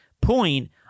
point